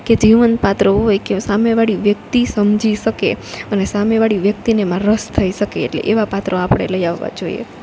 કે જીવંત પાત્ર હોય કે સામે વાળી વ્યક્તિ સમજી શકે અને સામેવાળી વ્યક્તિને એમાં રસ થઈ શકે એટલે એવા પાત્રો આપડે લઈ આવવા જોઈએ